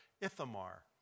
Ithamar